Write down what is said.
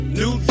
new